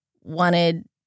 wanted